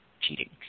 cheating